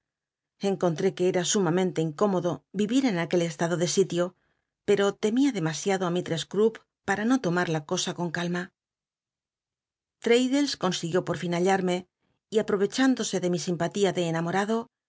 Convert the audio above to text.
encontré que era sumamente incómodo vivi en aquel estado de sitio pcto temía demasiado i mistress crupp pata no tomar la cosa con calma l'raddlcs consiguió por lln ballárme y a rorechándosc de mi simpatía de enamorado